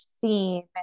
theme